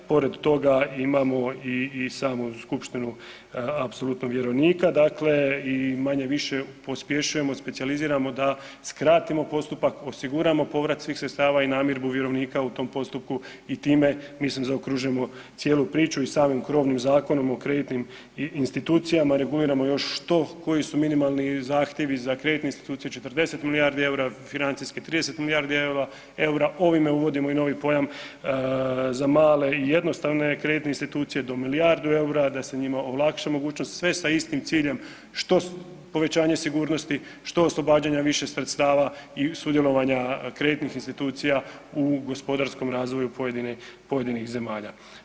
Pored toga imamo i samu skupštinu apsolutno vjerovnika, dakle i manje-više pospješujemo, specijaliziramo da skratimo postupak, osiguramo povrat svih sredstava i namirbu vjerovnika u tom postupku i time mislim zaokružujemo cijelu priču i samim krovnim Zakonom o kreditnim institucijama reguliramo još što koji su minimalni zahtjevi za kreditne institucije 40 milijardi EUR-a, financijski 30 milijardi EUR-a, ovime uvodimo i novi pojam za male i jednostavne kreditne institucije do milijardu EUR-a da se njima olakša mogućnost, sve sa istim ciljem što povećanje sigurnosti, što oslobađanja više sredstava i sudjelovanja kreditnih institucija u gospodarskom razdoblju pojedinih zemalja.